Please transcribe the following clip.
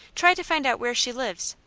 try to find out where she lives.